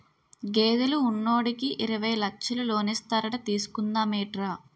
గేదెలు ఉన్నోడికి యిరవై లచ్చలు లోనిస్తారట తీసుకుందా మేట్రా